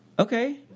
Okay